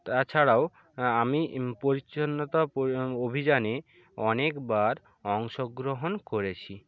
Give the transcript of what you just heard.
তাছাড়াও আমি পরিছন্নতা অভিযানে অনেকবার অংশগ্রহণ করেছি